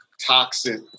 toxic